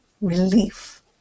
relief